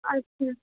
আচ্ছা